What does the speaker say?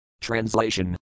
Translation